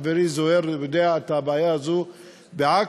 חברי זוהיר מכיר את הבעיה הזו בעכו.